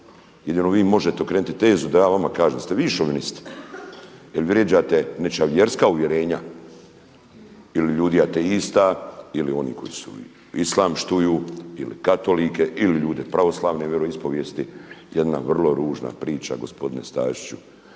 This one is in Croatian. jedino vi možete okrenuti tezu da ja vama kažem da ste vi šovinist jer vrijeđate nečja vjerska uvjerenja ili ljudi ateista ili oni koji su islam štuju ili katolike ili ljude pravoslavne vjeroispovijesti. Jedna vrlo ružna priča gospodine Staziću.